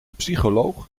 psycholoog